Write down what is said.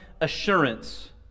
assurance